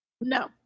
No